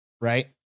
right